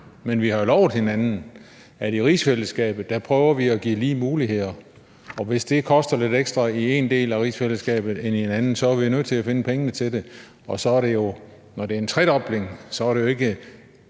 Men vi har jo lovet hinanden, at i rigsfællesskabet prøver vi at give lige muligheder. Og hvis det koster lidt ekstra i en del af rigsfællesskabet i forhold til en anden, er vi jo nødt til at finde pengene til det. Og når det er en tredobling, er det jo ikke